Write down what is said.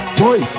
boy